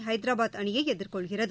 ஹைதராபாத் அணியை எதிர்கொள்கிறது